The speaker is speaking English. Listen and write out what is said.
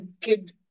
kid